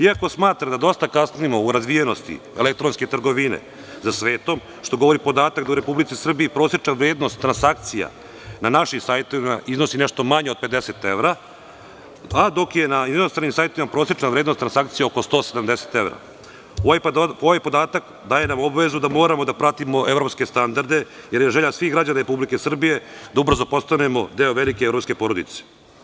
Iako smatram da dosta kasnimo u razvijenosti elektronske trgovine za svetom, što govori podatak da u Republici Srbiji prosečna vrednost transakcija na našim sajtovima iznosi nešto manje od 50 evra, dok je na inostranim sajtovima prosečna vrednost transakcije oko 180 evra, ovaj podatak daje nam obavezu da moramo da pratimo evropske standarde, jer je želja svih građana Republike Srbije da ubrzo postanemo deo velike evropske porodice.